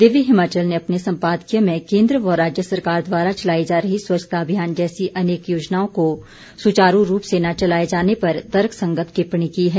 दिव्य हिमाचल ने अपने सम्पादकीय में केन्द्र व राज्य सरकार द्वारा चलाई जा रही स्वच्छता अभियान जैसी अनेक योजनाओं को सुचारू रूप से न चलाए जाने पर तर्कसंगत टिप्पणी की है